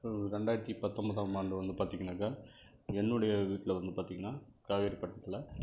ரெண்டாயிரத்து பத்தொம்போதாம் ஆண்டு வந்து பார்த்திங்கனாக்கா என்னுடைய வீட்டில் வந்து பார்த்திங்கனா காவேரிபட்டணத்துல